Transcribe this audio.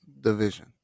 Division